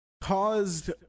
caused